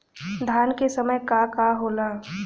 धान के समय का का होला?